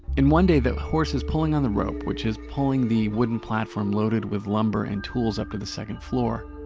in one day that horse is pulling on the rope which is pulling the wooden platform loaded with lumber and tools up to the second floor